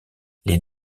les